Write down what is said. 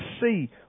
see